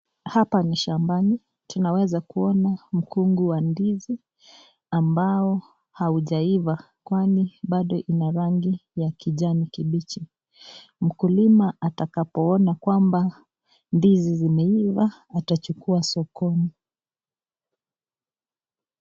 Hapa ni shambani, tunaeza kuona mkungu wa ndizi ambao haujaiva kwani bado ina rangi ya kijani kibichi. Mkulima atakapoona kwamba ndizi zimeiva ataichukua sokoni.